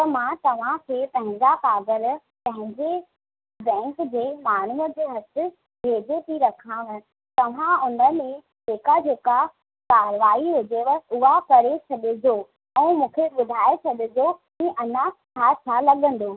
त मां तव्हांखे पंहिंजा काॻर पंहिंजे बैंक जे माण्हूअ जे हथ भेजे थी रखा तव्हां इनमें जेका जेका कार्यवाही हुजेव उहा करे छॾिजो ऐं मूंखे ॿुधाइ छॾिजो की अञा छा छा लॻंदो